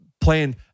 playing